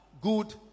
good